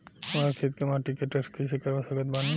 हमरा खेत के माटी के टेस्ट कैसे करवा सकत बानी?